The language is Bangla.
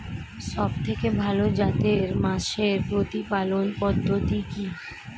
সবথেকে ভালো জাতের মোষের প্রতিপালন পদ্ধতি কি?